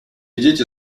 дети